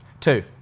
Two